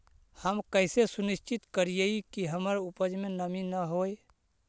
हम कैसे सुनिश्चित करिअई कि हमर उपज में नमी न होय?